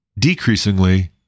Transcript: decreasingly